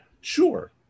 Sure